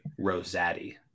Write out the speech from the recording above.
Rosati